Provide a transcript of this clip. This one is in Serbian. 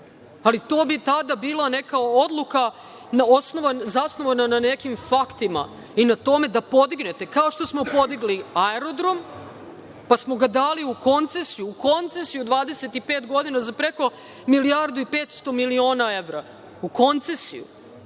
Ali, to bi tada bila neka odluka zasnovana na nekim faktima i na tome da podignete, kao što smo podigli aerodrom, pa smo ga dali u koncesiju 25 godina za preko milijardu i 500 miliona evra. U koncesiju,